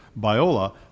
Biola